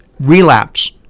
relapse